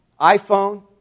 iPhone